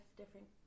different